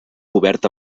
cobert